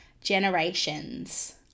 generations